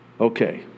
Okay